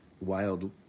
wild